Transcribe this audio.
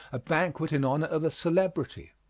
a banquet in honor of a celebrity.